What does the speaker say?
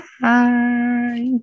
Bye